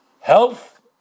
Health